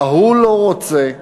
ההוא לא רוצה.